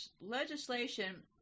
legislation